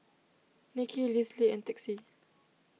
Nicki Lisle and Texie